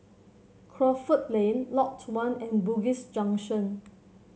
Crawford Lane Lot One and Bugis Junction